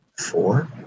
four